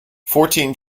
fourteen